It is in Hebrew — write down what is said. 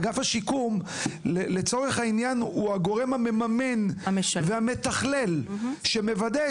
אגף השיקום הוא הגורם המממן והמתכלל, שמוודא